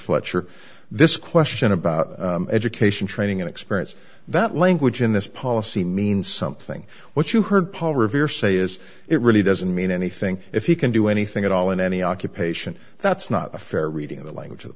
fletcher this question about education training and experience that language in this policy means something what you heard paul revere say is it really doesn't mean anything if he can do anything at all in any occupation that's not a fair reading of the language of the